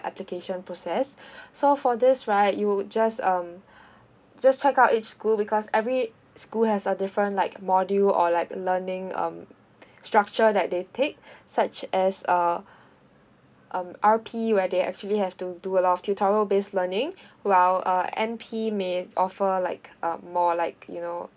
application process so for this right you would just um just check out each school because every school has a different like module or like learning um structure that they take such as uh um R_P where they actually have to do a lot of tutorial based learning while uh N_P may offer like uh more like you know